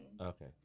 Okay